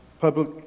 public